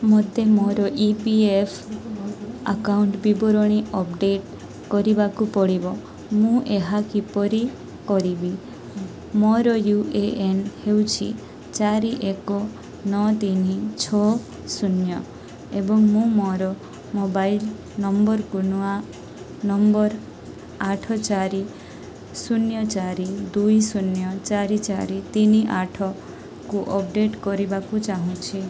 ମୋତେ ମୋର E P F account ବିବରଣୀ ଅପଡ଼େଟ୍ କରିବାକୁ ପଡ଼ିବ ମୁଁ ଏହା କିପରି କରିବି ମୋର ୟୁ ଏ ଏନ୍ ହେଉଛି ଚାରି ଏକ ନଅ ତିନି ଛଅ ଶୂନ୍ୟ ଏବଂ ମୁଁ ମୋର ମୋବାଇଲ ନମ୍ବରକୁ ନୂଆ ନମ୍ବର ଆଠ ଚାରି ଶୂନ୍ୟ ଚାରି ଦୁଇ ଶୂନ୍ୟ ଚାରି ଚାରି ତିନି ଆଠକୁ ଅପଡ଼େଟ୍ କରିବାକୁ ଚାହୁଁଛି